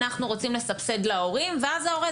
אנחנו רוצים לסבסד להורים ואז ההורה,